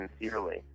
sincerely